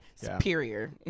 Superior